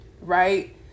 Right